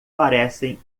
parecem